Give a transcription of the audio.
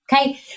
Okay